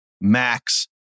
Max